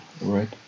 right